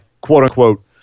quote-unquote